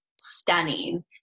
stunning